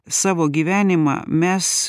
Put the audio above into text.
savo gyvenimą mes